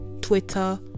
Twitter